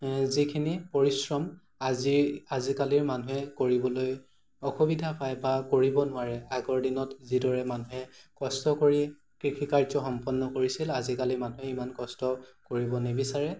যিখিনি পৰিশ্ৰম আজিৰ আজিকালিৰ মানুহে কৰিবলৈ অসুবিধা পায় বা কৰিব নোৱাৰে আগৰ দিনত যিদৰে মানুহে কষ্ট কৰি কৃষিকাৰ্য সম্পন্ন কৰিছিল আজিকালি মানুহে ইমান কষ্ট কৰিব নিবিচাৰে